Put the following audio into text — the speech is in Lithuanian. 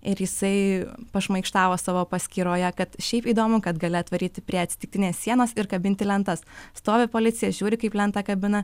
ir jisai pašmaikštavo savo paskyroje kad šiaip įdomu kad gali atvaryti prie atsitiktinės sienos ir kabinti lentas stovi policija žiūri kaip lentą kabina